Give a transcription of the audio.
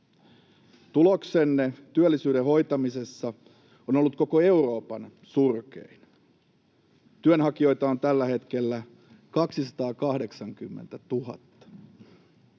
Tuloksenne työllisyyden hoitamisessa on ollut koko Euroopan surkein. Työnhakijoita on tällä hetkellä 280 000.